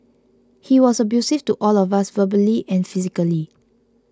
he was abusive to all of us verbally and physically